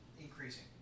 increasing